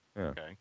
Okay